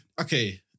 Okay